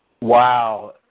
Wow